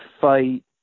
fight